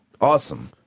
Awesome